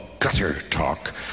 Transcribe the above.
gutter-talk